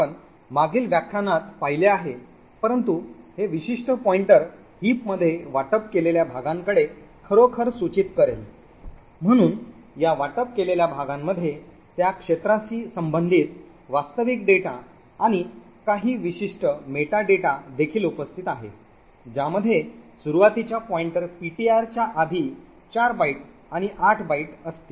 आपण मागील व्याख्यानात पाहिले आहे परंतु हे विशिष्ट पॉईंटर हिपमध्ये वाटप केलेल्या भागांकडे खरोखर सूचित करेल म्हणून या वाटप केलेल्या भागांमध्ये त्या क्षेत्राशी संबंधित वास्तविक डेटा आणि काही विशिष्ट मेटाडेटा देखील उपस्थित आहे ज्यामध्ये सुरूवातीच्या पॉईंटर ptr च्या आधी चार बाइट आणि आठ बाइट असतील